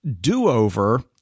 do-over